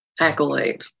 accolade